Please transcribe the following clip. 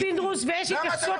השר, נפגשנו ושמענו